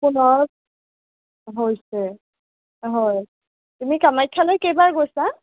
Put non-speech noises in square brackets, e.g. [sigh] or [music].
[unintelligible] হৈছে হয় তুমি কামাখ্যালৈ কেইবাৰ গৈছা